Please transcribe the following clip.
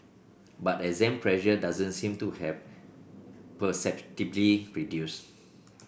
but exam pressure doesn't seem to have perceptibly reduced